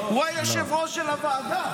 הוא היושב-ראש של הוועדה.